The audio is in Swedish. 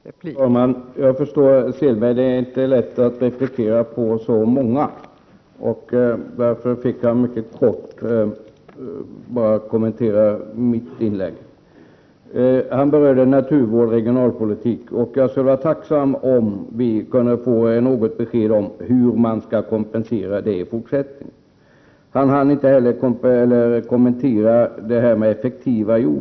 Fru talman! Jag förstår, Selberg, att det inte är lätt att replikera så många talare samtidigt och att det var därför som kommentaren till mitt inlägg blev mycket kort. Åke Selberg berörde naturvård och regionalpolitik. Jag skulle vara tacksam för att få ett besked om hur man skall kompensera dessa verksamheter i fortsättningen. Åke Selberg hann inte heller kommentera frågan om jordbrukets effektivitet.